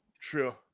True